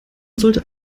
sollte